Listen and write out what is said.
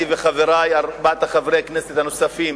אני וארבעת חברי הכנסת הנוספים